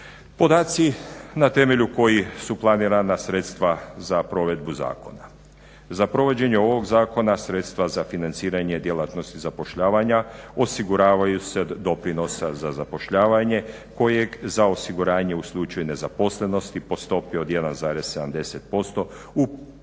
Podaci na temelju kojih su planirana sredstva za provedbu zakona. Za provođenje ovoga zakona sredstva za financiranje djelatnosti zapošljavanja osiguravaju se od doprinosa za zapošljavanja kojeg za osiguranje u slučaju nezaposlenosti po stopi od 1,70% uplaćuju